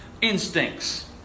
instincts